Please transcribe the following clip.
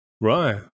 Right